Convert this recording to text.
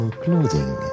clothing